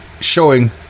showing